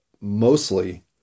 mostly